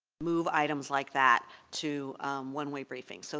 move items like that to one-way briefings. so